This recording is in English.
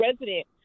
resident